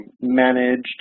Managed